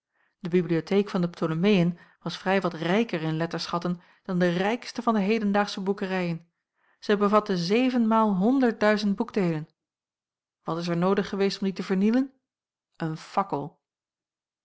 de bibliotheek van de ptolomeën was vrij wat rijker in letterschatten dan de rijkste van de hedendaagsche boekerijen zij bevatte zevenmaal honderd duizend boekdeelen wat is er noodig geweest om die te vernielen een fakkel